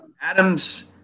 Adams